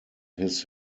his